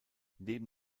neben